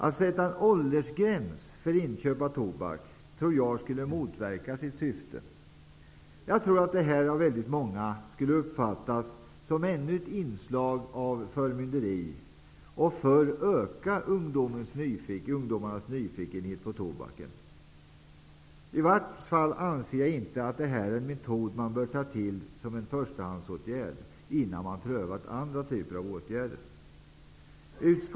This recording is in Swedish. Att sätta en åldersgräns för inköp av tobak tror jag skulle motverka sitt syfte. Jag tror att detta av väldigt många skulle uppfattas som ännu ett inslag av förmynderi och snarare öka ungdomarnas nyfikenhet på tobaken. I vart fall anser jag inte att det här är en metod som man bör ta till som en förstahandsåtgärd innan man prövat andra åtgärder.